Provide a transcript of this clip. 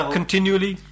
continually